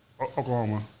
Oklahoma